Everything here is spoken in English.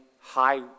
high